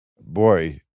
boy